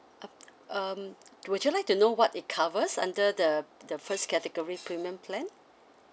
uh um would you like to know what it covers under the the first category premium plan